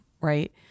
right